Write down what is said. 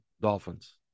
Dolphins